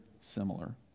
similar